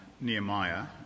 Nehemiah